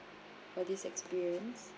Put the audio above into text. for this experience